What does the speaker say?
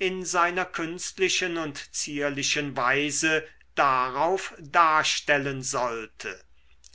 in seiner künstlichen und zierlichen weise darauf darstellen sollte